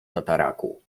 tataraku